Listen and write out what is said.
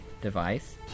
device